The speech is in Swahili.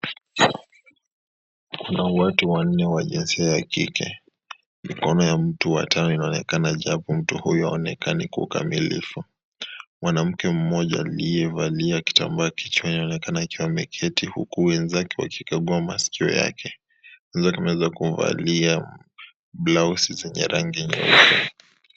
Watu wanne wa jinsia ya kike, mkono wa mtu wa tano inaonekana ijapo huyo mtu haionekani Kwa ukamilifu. Mwanamke mmoja aliyevalia kitambaa kichwani anaonekana akiwa ameketi huku wenzake wakikagua maskio yake wote wameweza kuvalia blousi zenye rangi nyeupe.